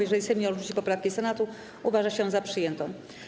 Jeżeli Sejm nie odrzuci poprawki Senatu, uważa się ją za przyjętą.